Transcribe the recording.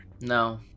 No